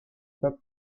pas